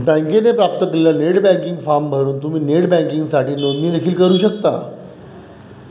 बँकेने प्राप्त केलेला नेट बँकिंग फॉर्म भरून तुम्ही नेट बँकिंगसाठी नोंदणी देखील करू शकता